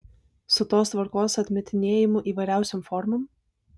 su tos tvarkos atmetinėjimu įvairiausiom formom